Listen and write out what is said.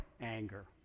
anger